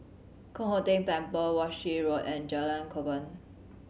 Kong Hock Keng Temple Walshe Road and Jalan Korban